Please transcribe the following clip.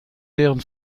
deren